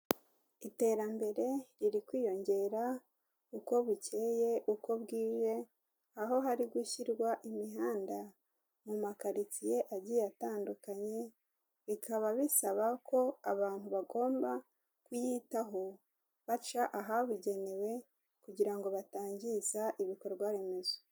Iterambere riri kwiyongera uko bukeye, uko bwiriwe; aho hari gushyirwa imihanda mu makaritiye agiye atandukanye, bikaba bisaba ko abantu bagomba kuyitaho baca ahabugenewe kugira ngo batangiza ibikorwa remezo.